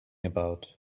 about